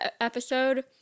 episode